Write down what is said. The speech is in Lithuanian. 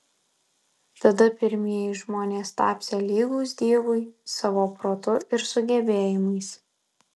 tada pirmieji žmonės tapsią lygūs dievui savo protu ir sugebėjimais